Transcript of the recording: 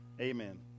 Amen